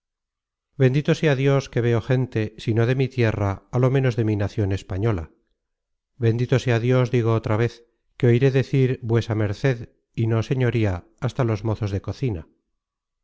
bendito sea dios que veo gente si no de mi tierra á lo menos de mi nacion española bendito sea dios digo otra vez que oiré decir vuesa merced y no señoría hasta los mozos de cocina